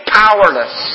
powerless